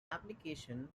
applications